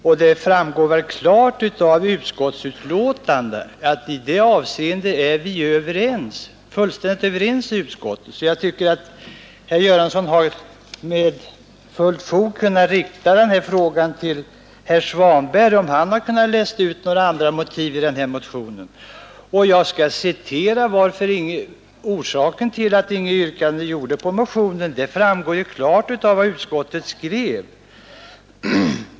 Av utskottets betänkande framgår också klart att utredningar inom företaget pågår om en annan företagsform, och jag tycker därför att herr Göransson med fullt fog hade kunnat rikta sin fråga till herr Svanberg, om han läser ut några dolda motiv ur denna motion. alltså klart av vad utskottet anfört.